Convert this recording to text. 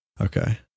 Okay